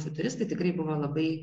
futuristai tikrai buvo labai